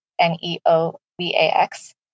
N-E-O-V-A-X